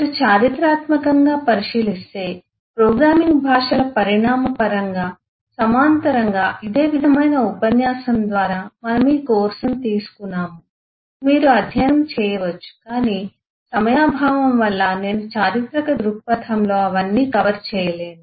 మీరు చారిత్రాత్మకంగా పరిశీలిస్తే ప్రోగ్రామింగ్ భాషల పరిణామం పరంగా సమాంతరంగా ఇదే విధమైన ఉపన్యాసం ద్వారా మనము ఈ కోర్సును తీసుకున్నాము మీరు అధ్యయనం చేయవచ్చు కానీ సమయాభావం వల్ల నేను చారిత్రక దృక్పథంలో అవన్నీ కవర్ చేయలేను